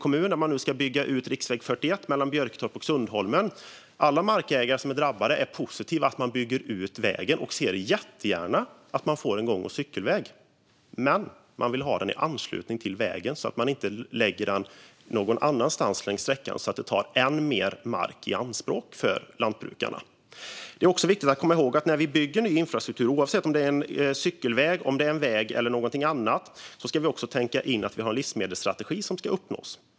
Man ska bygga ut riksväg 41 mellan Björketorp och Sundholmen, och alla markägare som är drabbade är positiva till att man bygger ut vägen. De ser också jättegärna att det blir en gång och cykelväg, men de vill ha den i anslutning till vägen. De vill inte att den läggs någon annanstans längs sträckan och tar än mer mark i anspråk för lantbrukarna. När vi bygger ny infrastruktur - oavsett om det gäller en cykelväg, en väg eller någonting annat - är det också viktigt att tänka på att vi har en livsmedelsstrategi som ska uppnås.